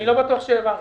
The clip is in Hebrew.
אני לא בטוח שהבנו.